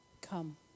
come